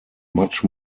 much